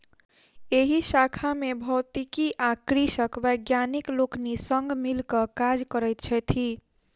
एहि शाखा मे भौतिकी आ कृषिक वैज्ञानिक लोकनि संग मिल क काज करैत छथि